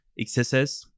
xss